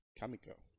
Kamiko